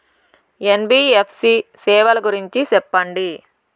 NBFC సేవల గురించి సెప్పండి?